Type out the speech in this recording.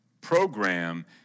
program